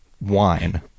wine